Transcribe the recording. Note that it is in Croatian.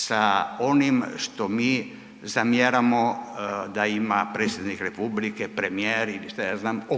Sa onim što mi zamjeramo da ima predsjednik Republike, premijer,